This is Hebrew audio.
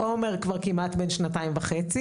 עומר כבר כמעט בן שנתיים וחצי